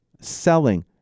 selling